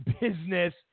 business